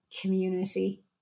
community